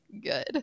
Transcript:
good